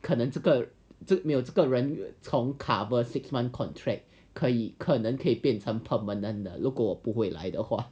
可能这个人没有这个人从 cover six month contract 可以可能可以变成 permanent 的如果我不回来的话